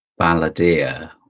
balladeer